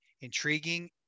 intriguing